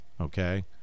okay